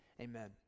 Amen